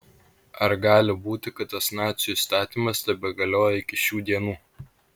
ar gali būti kad tas nacių įstatymas tebegalioja iki šių dienų